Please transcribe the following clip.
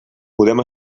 podem